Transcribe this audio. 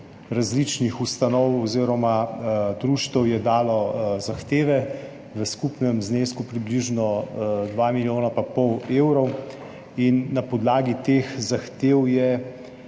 različnih ustanov oziroma društev dalo zahteve v skupnem znesku približno 2 milijona in pol evrov. Na podlagi teh zahtev je